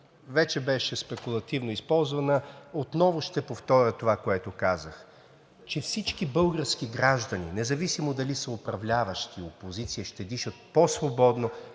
вече беше спекулативно използвана, отново ще повторя това, което казах – че всички български граждани, независимо дали са управляващи, опозиция, ще дишат по-свободно,